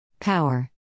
Power